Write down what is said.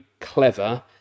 clever